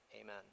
Amen